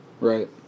Right